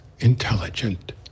Intelligent